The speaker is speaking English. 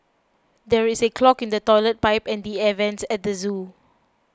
there is a clog in the Toilet Pipe and the Air Vents at the zoo